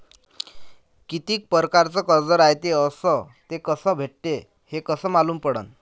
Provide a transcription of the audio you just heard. कितीक परकारचं कर्ज रायते अस ते कस भेटते, हे कस मालूम पडनं?